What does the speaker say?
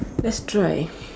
let's try